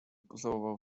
pocałował